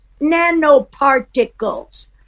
nanoparticles